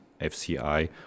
FCI